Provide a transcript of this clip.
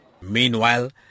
Meanwhile